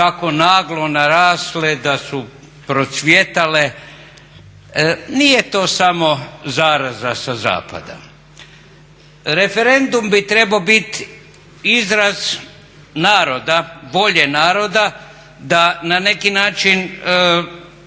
tako naglo narasle da su procvjetalo, nije to samo zaraza sa zapada. Referendum bi trebao biti izraz naroda, volje naroda da na neki način